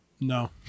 No